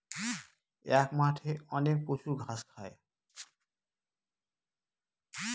এক মাঠে অনেক পশু ঘাস খায়